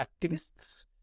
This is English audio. activists